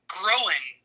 growing